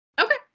okay